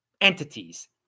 entities